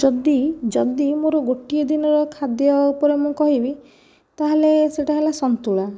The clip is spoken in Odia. ଯଦି ଯଦି ମୋର ଗୋଟିଏ ଦିନର ଖାଦ୍ୟ ଉପରେ ମୁଁ କହିବି ତା'ହେଲେ ସେଇଟା ହେଲା ସନ୍ତୁଳା